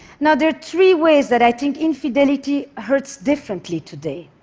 now, there are three ways that i think infidelity hurts differently today.